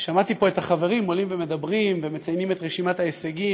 שמעתי פה את החברים עולים ומדברים ומציינים את רשימת ההישגים,